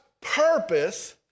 purpose